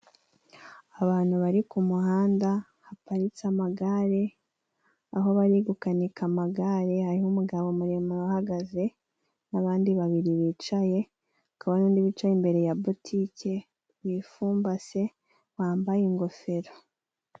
Abantu bari kumuhanda haparitse amagare, aho bari gukanika amagare hariho umugabo muremure uhagaze, n'abandi babiri bicaye hakaba hari n'undi wicaye imbere ya butike wifumbase, wambaye ingofero.